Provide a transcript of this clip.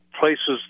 places